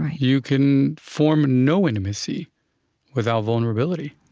you can form no intimacy without vulnerability.